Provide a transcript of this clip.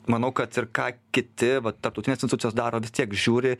manau kad ir ką kiti va tarptautinės institucijos daro vis tiek žiūri